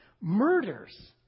Murders